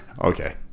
Okay